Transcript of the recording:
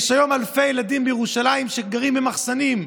יש היום אלפי ילדים בירושלים שגרים במחסנים,